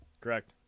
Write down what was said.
correct